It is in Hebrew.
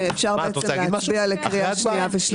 אפשר בעצם להצביע לקריאה שנייה ושלישית.